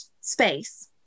space